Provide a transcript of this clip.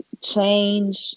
change